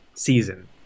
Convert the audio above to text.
season